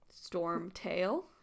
Stormtail